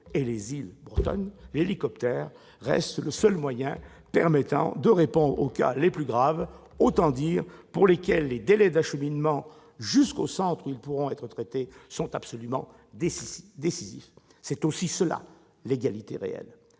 et les îles bretonnes, l'hélicoptère reste le seul moyen permettant de répondre aux cas les plus graves, ceux pour lesquels les délais d'acheminement jusqu'au centre où ils pourront être traités sont décisifs. C'est aussi cela, « l'égalité réelle